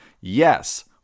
Yes